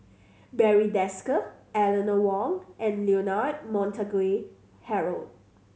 Barry Desker Eleanor Wong and Leonard Montague Harrod